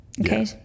Okay